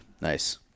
nice